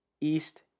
East